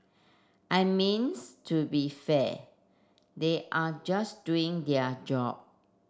I means to be fair they are just doing their job